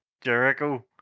Jericho